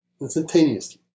instantaneously